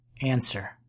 Answer